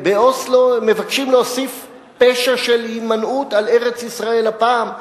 באוסלו הם מבקשים להוסיף פשע של הימנעות על ארץ-ישראל הפעם.